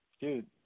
dude